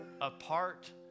apart